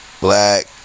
black